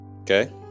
Okay